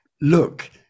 Look